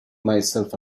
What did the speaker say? myself